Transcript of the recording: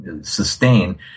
sustain